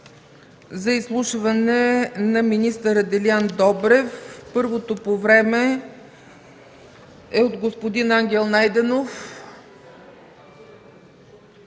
за изслушване на министър Делян Добрев първото по време е от господин Ангел Найденов.